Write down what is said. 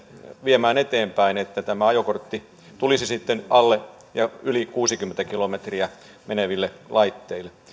viemään eteenpäin että tämä ajokortti tulisi sitten alle ja yli kuusikymmentä kilomeriä tunnissa meneville laitteille